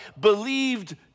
Believed